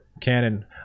Canon